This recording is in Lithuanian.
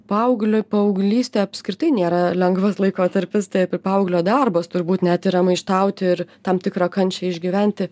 paaugliui paauglystė apskritai nėra lengvas laikotarpis tai apie paauglio darbas turbūt net yra maištauti ir tam tikrą kančią išgyventi